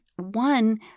one